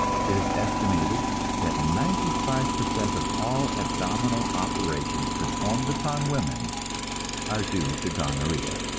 it is estimated that ninety-five per cent of all abdominal operations performed upon women are due to gonorrhea.